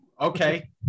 Okay